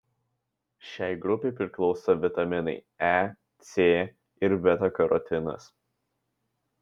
šiai grupei priklauso vitaminai e c ir beta karotinas